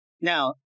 Now